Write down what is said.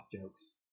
jokes